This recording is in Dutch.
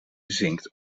zinkt